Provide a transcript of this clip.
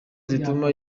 zituma